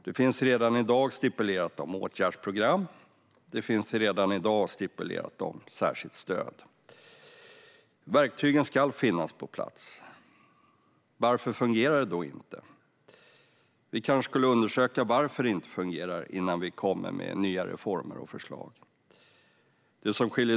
Det finns redan i dag stipulerat om åtgärdsprogram och det finns redan i dag stipulerat om särskilt stöd. Verktygen ska finnas på plats. Varför fungerar det då inte? Vi skulle kanske undersöka varför det inte fungerar innan vi kommer med nya reformer och förslag.